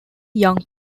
young